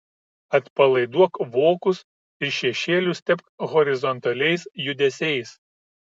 atpalaiduok vokus ir šešėlius tepk horizontaliais judesiais